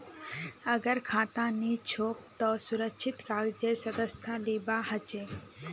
अगर खाता नी छोक त सुरक्षित कर्जेर सदस्यता लिबा हछेक